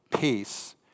peace